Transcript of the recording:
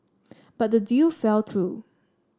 but the deal fell through